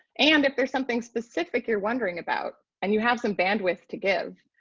and if there's something specific you're wondering about, and you have some bandwidth to give,